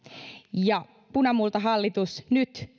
ja punamultahallitus nyt